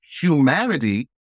humanity